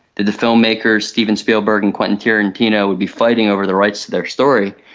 that the filmmakers steven spielberg and quentin tarantino would be fighting over the rights to their story.